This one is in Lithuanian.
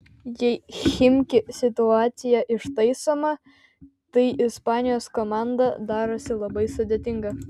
jei chimki situacija ištaisoma tai ispanijos komanda darosi labai sudėtinga